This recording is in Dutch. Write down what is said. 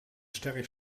sterk